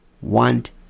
want